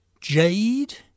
Jade